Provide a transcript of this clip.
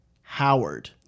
Howard